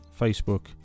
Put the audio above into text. Facebook